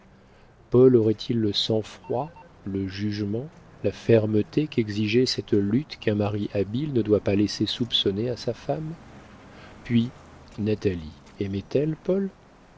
paul aurait-il le sang-froid le jugement la fermeté qu'exigeait cette lutte qu'un mari habile ne doit pas laisser soupçonner à sa femme puis natalie aimait-elle